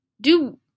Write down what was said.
Do-